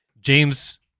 James